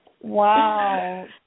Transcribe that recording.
Wow